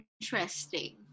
Interesting